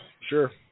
Sure